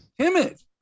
timid